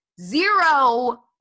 Zero